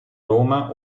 roma